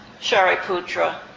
Shariputra